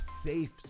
safe